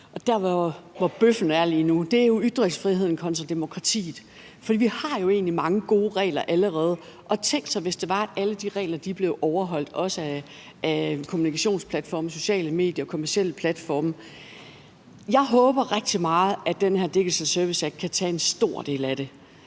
der, hvor bøffen er lige nu, er jo i forhold til ytringsfriheden kontra demokratiet, for vi har jo egentlig mange gode regler allerede. Og tænk sig, hvis det var sådan, at alle de regler blev overholdt, også af kommunikationsplatforme og sociale medier og kommercielle platforme. Jeg håber rigtig meget, at den her Digital Services Act kan tage en stor del af det,